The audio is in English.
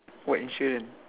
what insurance